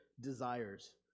desires